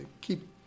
keep